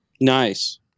nice